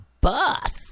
bus